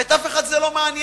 ואת אף אחד זה לא מעניין.